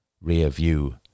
rear-view